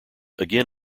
again